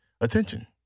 attention